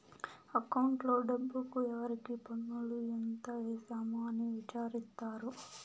అకౌంట్లో డబ్బుకు ఎవరికి పన్నులు ఎంత వేసాము అని విచారిత్తారు